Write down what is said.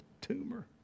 tumor